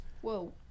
Whoa